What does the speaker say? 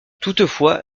toutefois